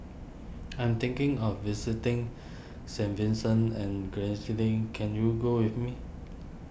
I am thinking of visiting Saint Vincent and can you go with me